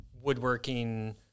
woodworking